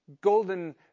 golden